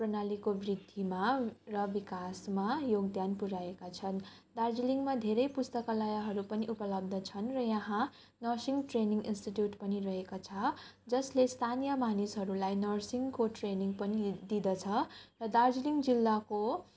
प्रणालीको वृद्धिमा र विकासमा योगदान पुऱ्याएका छन् दार्जिलिङमा धेरै पुस्तकालयहरू पनि उपलब्ध छन् र यहाँ नर्सिङ ट्रेनिङ इन्सटिट्युट पनि रहेको छ जसले स्थानीय मानिसहरूलाई नर्सिङको ट्रेनिङ पनि दिँदछ र दार्जिलिङ जिल्लाको